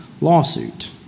lawsuit